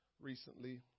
recently